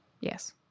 Yes